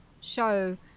show